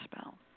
spell